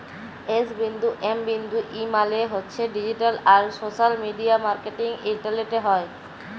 S বিন্দু M বিন্দু E মালে হছে ডিজিট্যাল আর সশ্যাল মিডিয়া মার্কেটিং ইলটারলেটে হ্যয়